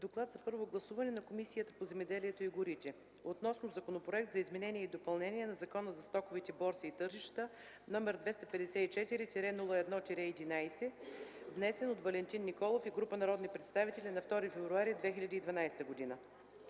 „ДОКЛАД за първо гласуване на Комисията по земеделието и горите относно Законопроект за изменение и допълнение на Закона за стоковите борси и тържища, № 254-01-11, внесен от Валентин Николов и група народни представители на 2 февруари 2012 г.